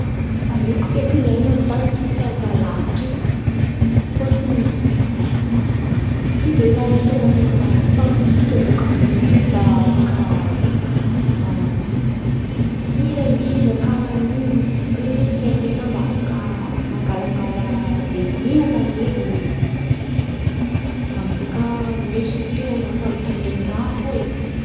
Aleoko feky miain̈a amin’ny tan̈y tsisy fahita lavitry ai. Fôtony tsy de mahalian̈a feky raha in̈y. Fa ny mozika bôka in̈y mba afaka mihirahira karà in̈y. Amin’ny sain̈y ten̈a mba afaka mangalangala diandian̈a ely oe. Amy zy kà ndraiky sofin̈y ten̈a mba mitandren̈y raha fo ai.